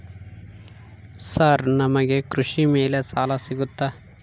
Sir ನಮಗೆ ಕೃಷಿ ಮೇಲೆ ಸಾಲ ಸಿಗುತ್ತಾ?